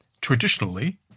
traditionally